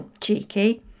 Cheeky